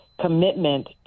commitment